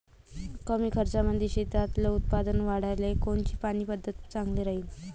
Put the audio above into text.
कमी खर्चामंदी शेतातलं उत्पादन वाढाले कोनची पानी द्याची पद्धत चांगली राहीन?